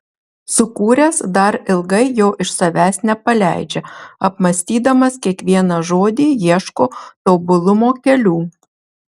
sukūręs dar ilgai jo iš savęs nepaleidžia apmąstydamas kiekvieną žodį ieško tobulumo kelių